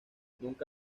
nunca